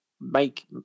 make